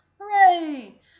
Hooray